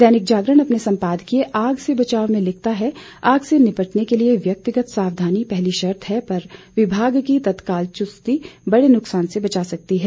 दैनिक जागरण अपने संपादकीय आग से बचाव में लिखता है आग से निपटने के लिए व्यक्तिगत सावधानी पहली शर्त है पर विभाग की तत्तकाल चुस्ती बड़े नुकसान से बचा सकती है